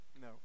no